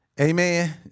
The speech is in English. Amen